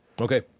okay